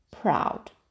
Proud